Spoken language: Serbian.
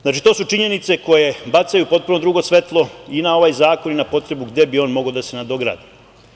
Znači, to su činjenice koje bacaju potpuno drugo svetlo i na ovaj zakon i na potrebu gde bi on mogao da se nadogradi.